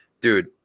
dude